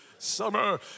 summer